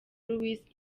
louise